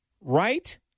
right